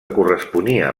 corresponia